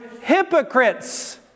hypocrites